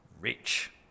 rich